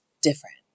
different